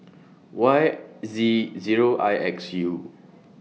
Y Z Zero I X U